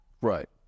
Right